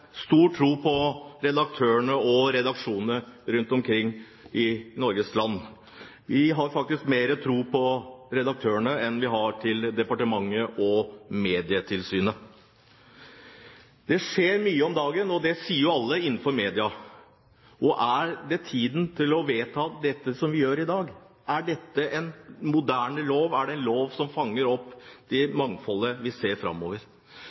stor tro på redaktørene og redaksjonene rundt omkring i Norges land. Vi har faktisk mer tro på redaktørene enn vi har på departementet og Medietilsynet. Det skjer mye om dagen, og det sier jo alle innenfor media. Og er dette tiden for å vedta det som vi gjør i dag? Er dette en moderne lov, er det en lov som fanger opp det mangfoldet vi ser framover?